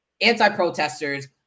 anti-protesters